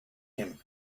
him